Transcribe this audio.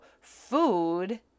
food